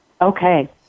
Okay